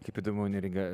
kaip įdomu neringa